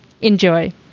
Enjoy